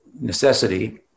necessity